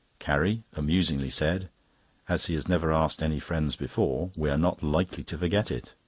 carrie amusingly said as he has never asked any friends before, we are not likely to forget it.